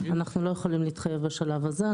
אנחנו לא יכולים להתחייב בשלב הזה.